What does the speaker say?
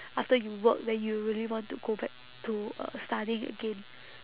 after you work then you really want to go back to uh studying again